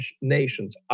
nations